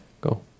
go